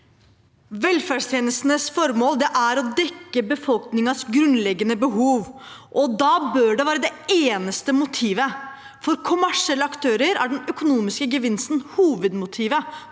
Velferdstjenestenes for- mål er å dekke befolkningens grunnleggende behov, og da bør det være det eneste motivet. For kommersielle aktører er den økonomiske gevinsten hovedmotivet